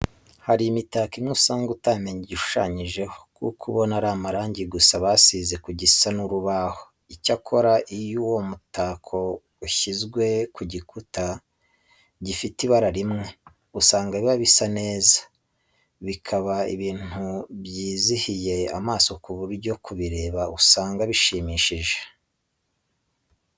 Hari imitako imwe usanga utamenya igishushanyijeho kuko ubona ari amarange gusa basize ku gisa n'urubaho. Icyakora iyo uwo mutako ushyizwe ku gikuta gifite ibara rimwe, usanga biba bisa neza, bikaba ibintu byizihiye amaso ku buryo kubireba usanga bishishikaje.